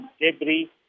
debris